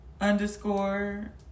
underscore